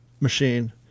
machine